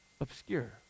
obscure